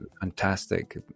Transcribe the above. fantastic